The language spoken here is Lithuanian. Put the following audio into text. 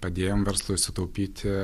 padėjom verslui sutaupyti